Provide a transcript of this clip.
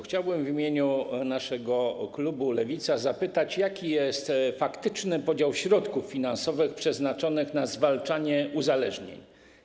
Chciałbym w imieniu naszego klubu, klubu Lewica, zapytać, jaki jest faktyczny podział środków finansowych przeznaczonych na zwalczanie uzależnień.